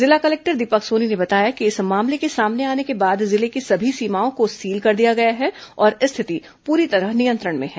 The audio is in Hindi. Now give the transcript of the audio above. जिला कलेक्टर दीपक सोनी ने बताया कि इस मामले के सामने आने के बाद जिले की सभी सीमाओं को सील कर दिया गया है और स्थिति पूरी तरह नियंत्रण में है